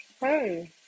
Hey